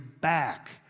back